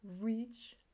reach